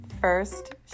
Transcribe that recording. First